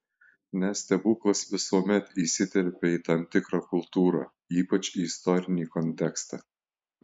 nes stebuklas visuomet įsiterpia į tam tikrą kultūrą ypač į istorinį kontekstą